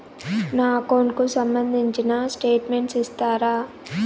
నా అకౌంట్ కు సంబంధించిన స్టేట్మెంట్స్ ఇస్తారా